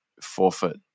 forfeit